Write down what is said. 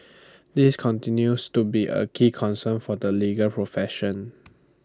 this continues to be A key concern for the legal profession